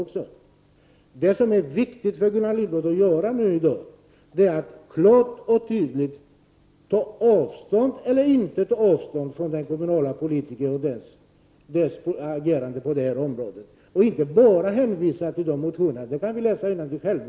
För Gullan Lindblad borde det nu vara viktigt att klart och tydligt ta avstånd eller inte ta avstånd från denna kommunalpolitikers agerande på detta område och inte bara hänvisa till partiets motioner. I dessa kan vi själva läsa innantill.